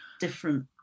different